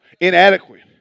inadequate